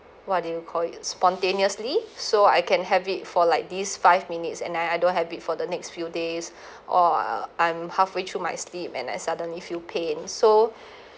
what do you call it spontaneously so I can have it for like this five minutes and I I don't have it for the next few days uh I'm halfway through my sleep and I suddenly feel pain so